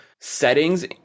settings